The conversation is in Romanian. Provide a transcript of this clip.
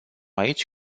aici